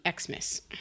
Xmas